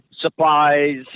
supplies